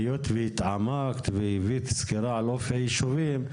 היות והתעמקת והבאת סקירה לאופי הישובים,